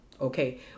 okay